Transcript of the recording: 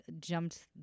jumped